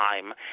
time